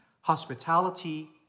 hospitality